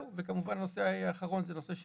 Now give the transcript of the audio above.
כמובן הנושא האחרון זה נושא של